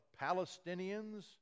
Palestinians